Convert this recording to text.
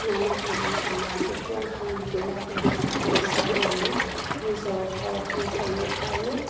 নানা কামত আমাৰ কুকুৰা হাঁহবিলাক বিকা পইচাৰে আমি নিজৰ ঘৰখন চলোঁ আৰু